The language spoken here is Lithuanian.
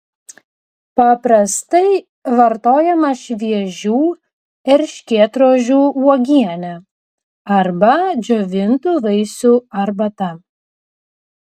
paprastai vartojama šviežių erškėtrožių uogienė arba džiovintų vaisių arbata